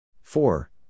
Four